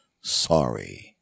Sorry